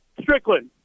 Strickland